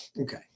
Okay